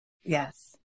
Yes